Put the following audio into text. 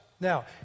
Now